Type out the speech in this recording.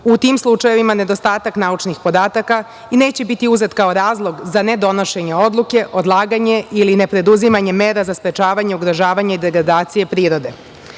U tim slučajevima nedostatak naučnih podataka neće biti uzet kao razlog za ne donošenje odluke, odlaganje ili ne preduzimanje mera za sprečavanje, ugrožavanje i degradacije prirode. Važeći